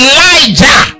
Elijah